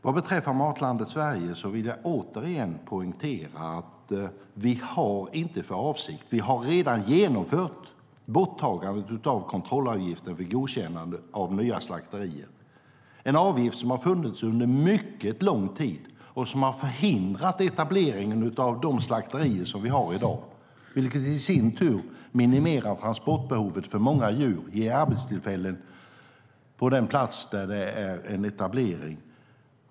Vad beträffar Matlandet Sverige vill jag poängtera att vi redan har genomfört borttagandet av kontrollavgiften för godkännande av nya slakterier, en avgift som fanns under mycket lång tid och som förhindrade etableringen av de slakterier som vi har i dag, vilka i sin tur minimerar transportbehovet för många djur och ger arbetstillfällen på den plats där det sker en etablering.